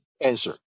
answer